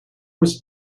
was